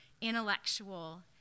intellectual